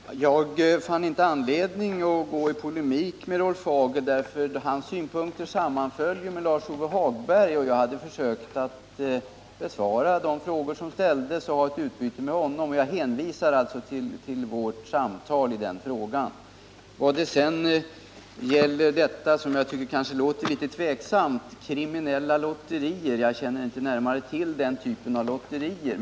Herr talman! Jag fann inte anledning att gå in i polemik med Rolf Hagel, eftersom hans synpunkter sammanföll med Lars-Ove Hagbergs och jag hade ett meningsutbyte med honom. Jag hänvisar alltså till vårt samtal i den frågan. Jag ställer mig vidare tveksam till beteckningen ”kriminella lotterier”, eftersom jag inte känner närmare till den typen av lotterier.